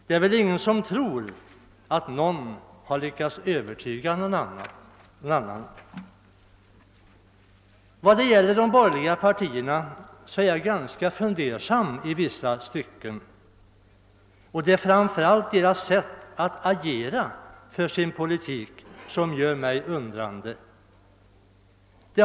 Det är väl ingen som tror att någon har lyckats övertyga någon annan. Vad gäller de borgerliga partierna är jag ganska fundersam i vissa stycken. Det är framför allt deras sätt att agera då de argumenterar för sin politik som gör mig undrande.